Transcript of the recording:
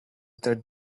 that